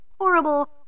horrible